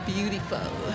Beautiful